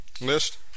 list